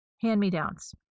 hand-me-downs